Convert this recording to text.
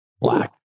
black